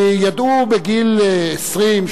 וידעו בגיל 20,